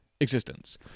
existence